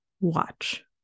watch